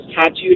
tattooed